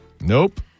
Nope